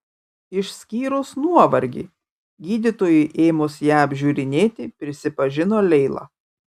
išskyrus nuovargį gydytojui ėmus ją apžiūrinėti prisipažino leila